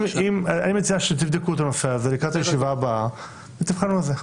אני מציע שתבדקו את הנושא הזה לקראת הישיבה הבאה ותבחנו את זה.